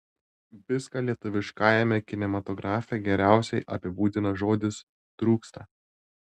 viską lietuviškajame kinematografe geriausiai apibūdina žodis trūksta